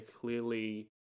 clearly